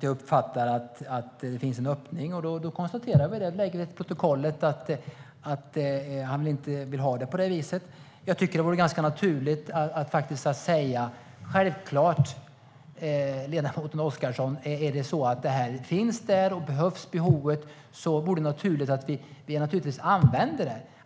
jag uppfattar att det finns en öppning. Då konstaterar vi det - vi tar till protokollet att han inte vill ha det på det viset. Jag tycker att det vore ganska naturligt att säga: Självklart, ledamoten Oscarsson, är det så att det här finns, och om det behövs vore det naturligt att vi använder det.